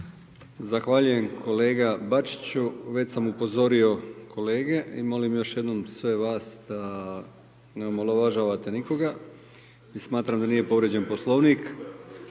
Zahvaljujem kolega Bačiću. Već sam upozorio kolege i molim još jednom sve vas da ne omalovažavate nikoga i smatram da nije povrijeđen Poslovnik.